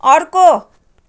अर्को